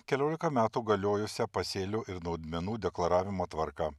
keliolika metų galiojusią pasėlių ir naudmenų deklaravimo tvarką